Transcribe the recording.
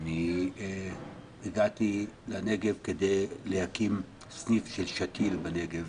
אני הגעתי לנגב כדי להקים סניף של שתיל בנגב,